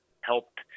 helped